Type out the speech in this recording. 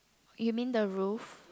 you mean the roof